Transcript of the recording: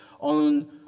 on